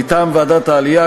מטעם ועדת העלייה,